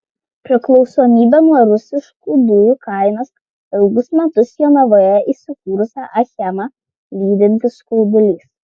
priklausomybė nuo rusiškų dujų kainos ilgus metus jonavoje įsikūrusią achemą lydintis skaudulys